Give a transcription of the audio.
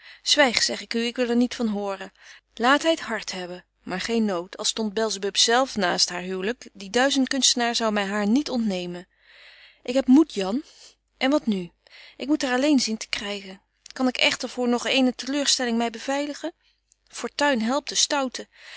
zeg ik u ik wil er niet van horen laat hy t hart hebben maar geen nood al stondt belzebub zelf naar haar huwlyk die duizend kunstenaar zou my haar niet ontnebetje wolff en aagje deken historie van mejuffrouw sara burgerhart men ik heb moed jan en wat nu ik moet haar alleen zien te krygen kan ik echter voor nog eene teleurstelling my beveiligen fortuin helpt den stouten